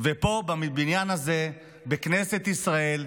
ופה בבניין הזה, בכנסת ישראל,